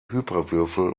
hyperwürfel